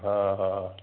हा हा